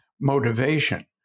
motivation